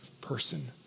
person